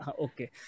Okay